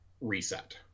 reset